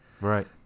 Right